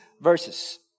verses